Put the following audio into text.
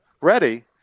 ready